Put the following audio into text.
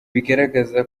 bigaragaza